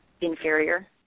Inferior